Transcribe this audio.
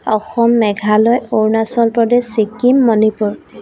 Assam Meghalaya Arunachal Pradesh Sikkim Manipur